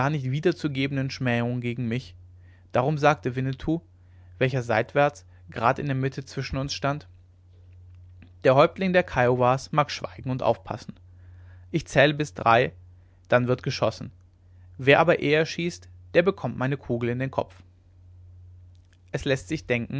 wiederzugebenden schmähungen gegen mich darum sagte winnetou welcher seitwärts grad in der mitte zwischen uns stand der häuptling der kiowas mag schweigen und aufpassen ich zähle bis drei dann wird geschossen wer aber eher schießt der bekommt meine kugel in den kopf es läßt sich denken